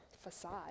facade